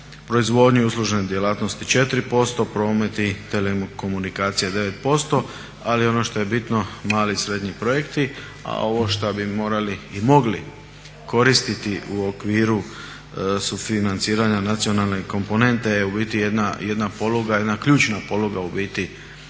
proizvodnju i uslužne djelatnosti 4%, promet i telekomunikacije 9%. Ali i ono što je bitno mali i srednji projekti a ovo šta bi morali i mogli koristiti u okviru sufinanciranja nacionalne komponente je u biti jedna poluga, jedna ključna poluga u biti,